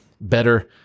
better